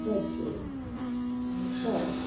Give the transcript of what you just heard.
बजे पर